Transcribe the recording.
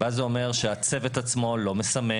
ואז זה אומר שהצוות עצמו לא מסמן,